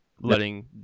letting